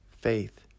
faith